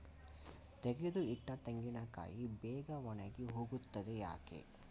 ತೆಗೆದು ಇಟ್ಟ ತೆಂಗಿನಕಾಯಿ ಬೇಗ ಒಣಗಿ ಹೋಗುತ್ತದೆ ಯಾಕೆ?